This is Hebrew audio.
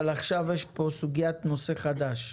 אבל עכשיו יש כאן סוגיית נושא חדש.